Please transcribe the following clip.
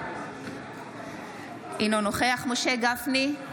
אינו נוכח משה גפני,